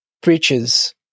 preaches